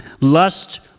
Lust